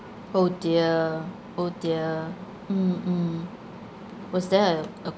oh dear oh dear mm mm was there a a